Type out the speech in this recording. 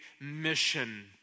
mission